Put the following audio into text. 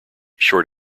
short